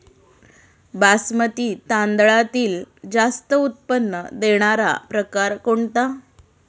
बासमती तांदळातील जास्त उत्पन्न देणारा प्रकार कोणता?